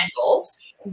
angles